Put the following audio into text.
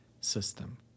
system